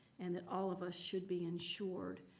and that all of us should be ensured,